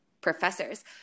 professors